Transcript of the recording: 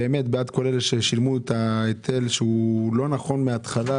בעד כל אלה ששילמו היטל שהיה לא נכון מהתחלה.